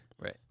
Right